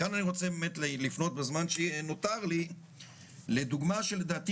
אני רוצה להפנות בזמן שנותר לי לדוגמה שלדעתי